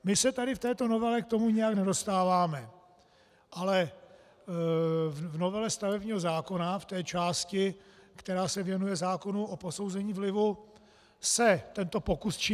My se tady v této novele k tomu nějak nedostáváme, ale v novele stavebního zákona, v té části, která se věnuje zákonu o posouzení vlivu, se tento pokus činí.